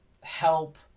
help